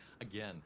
again